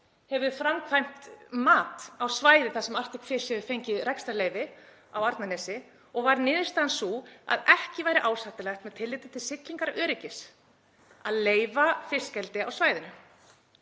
hefur framkvæmt mat á svæði þar sem Arctic Fish hefur fengið rekstrarleyfi á Arnarnesi og var niðurstaðan sú að ekki væri ásættanlegt með tilliti til siglingaöryggis að leyfa fiskeldi á svæðinu.